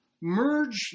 merge